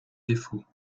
défauts